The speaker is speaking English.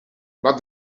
but